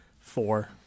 Four